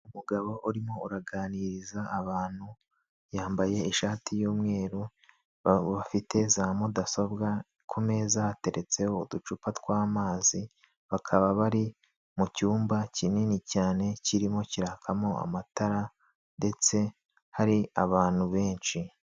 Umugabo urimo uraganiriza abantu yambaye ishati y'umweru bafite za mudasobwa ku meza hateretse uducupa twamazi bakaba bari mu cyumba kinini cyane kirimo kirakamo amatara ndetse hari abantu benshi.